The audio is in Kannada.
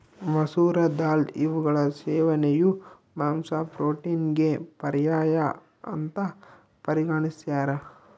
ಮಸೂರ ದಾಲ್ ಇವುಗಳ ಸೇವನೆಯು ಮಾಂಸ ಪ್ರೋಟೀನಿಗೆ ಪರ್ಯಾಯ ಅಂತ ಪರಿಗಣಿಸ್ಯಾರ